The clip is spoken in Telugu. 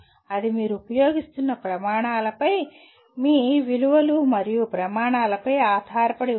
అది మీరు ఉపయోగిస్తున్న ప్రమాణాలపై మీ విలువలు మరియు ప్రమాణాలపై ఆధారపడి ఉంటుంది